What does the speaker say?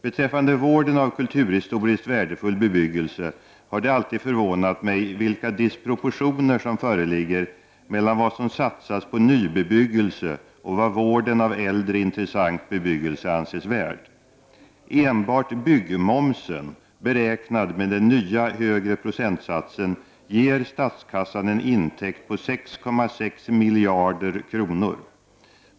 Beträffande vården av kulturhistoriskt värdefull bebyggelse har det alltid förvånat mig vilka disproportioner som föreligger mellan vad som satsas på nybebyggelse och vad vården av äldre, intressant bebyggelse anses värd. Enbart byggmomsen beräknad med den nya, högre procentsatsen ger statskassan en intäkt på 6,6 miljarder kronor.